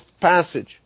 passage